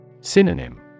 Synonym